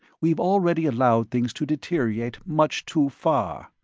we've already allowed things to deteriorate much too far.